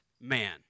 man